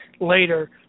later